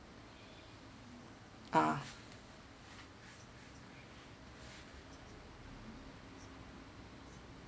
ah